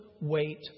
wait